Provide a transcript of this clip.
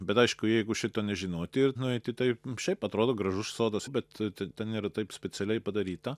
bet aišku jeigu šito nežinoti ir nueiti taip šiaip atrodo gražus sodas bet ten yra taip specialiai padaryta